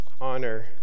honor